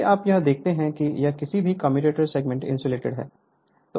यदि आप यह देखते हैं कि सभी कम्यूटेटर सेगमेंट इंसुलेटेड हैं